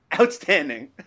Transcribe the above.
Outstanding